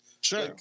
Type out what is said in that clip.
Sure